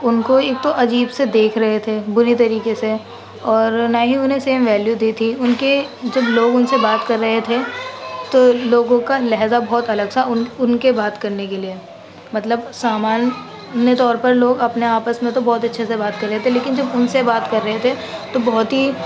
اُن كو ایک تو عجیب سے دیكھ رہے تھے بُری طریقے سے اور نہ ہی اُنہیں سیم ویلیو دی تھی اُن كے جب لوگ اُن سے بات كر رہے تھے تو لوگوں كا لہجہ بہت الگ سا اُن اُن كے بات كرنے كے لیے مطلب سامان نے طور پر تو لوگ اپنے آپس میں تو بہت اچھے سے بات كر رہے تھے لیكن جو اُن سے بات كر رہے تھے تو بہت ہی